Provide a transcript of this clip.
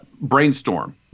brainstorm